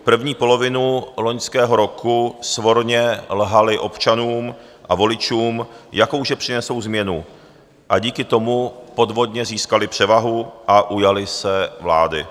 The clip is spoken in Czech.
První polovinu loňského roku svorně lhali občanům a voličům, jakou že přinesou změnu, a díky tomu podvodně získali převahu a ujali se vlády.